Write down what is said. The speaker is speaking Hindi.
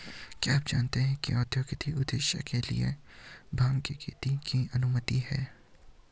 क्या आप जानते है औद्योगिक उद्देश्य के लिए भांग की खेती की अनुमति है?